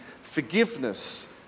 forgiveness